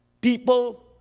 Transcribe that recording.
People